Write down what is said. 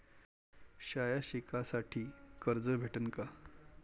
शाळा शिकासाठी कर्ज भेटन का?